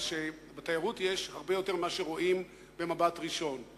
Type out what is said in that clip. שבתיירות יש הרבה יותר ממה שרואים במבט ראשון.